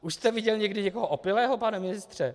Už jste viděl někdy někoho opilého, pane ministře?